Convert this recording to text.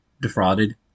defrauded